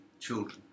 children